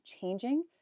changing